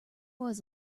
was